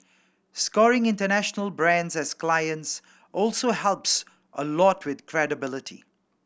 scoring international brands as clients also helps a lot with credibility